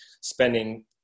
spending